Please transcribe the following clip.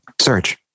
search